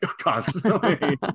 constantly